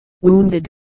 wounded